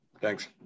Thanks